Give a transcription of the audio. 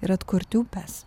ir atkurti upes